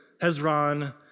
Hezron